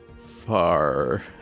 far